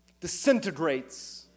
disintegrates